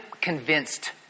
convinced